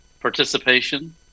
participation